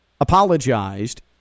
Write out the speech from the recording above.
apologized